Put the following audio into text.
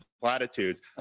platitudes